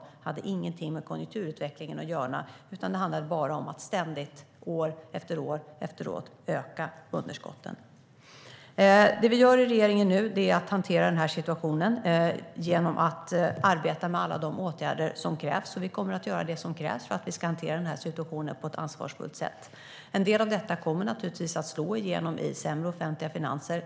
Det hade inget med konjunkturutvecklingen att göra, utan det handlade bara om att ständigt, år efter år, öka underskotten. Det vi gör i regeringen nu är att hantera situationen genom att arbeta med alla de åtgärder som krävs. Vi kommer att göra vad som krävs för att hantera den här situationen på ett ansvarsfullt sätt. En del av detta kommer naturligtvis att slå igenom i sämre offentliga finanser.